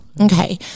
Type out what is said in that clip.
Okay